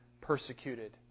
persecuted